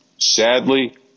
Sadly